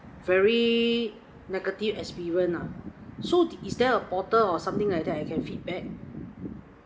very negative experience lah so is there a portal or something like that I can feedback